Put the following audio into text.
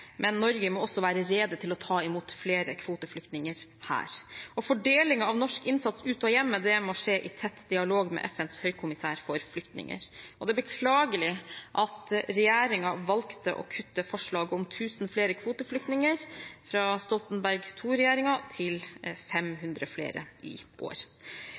men Norge må også være rede til å ta imot flere kvoteflyktninger her. Fordelingen av norsk innsats ute og hjemme må skje i tett dialog med FNs høykommissær for flyktninger. Det er beklagelig at regjeringen valgte å kutte forslaget om 1 000 flere kvoteflyktninger fra Stoltenberg II-regjeringen til 500 flere i år.